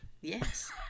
Yes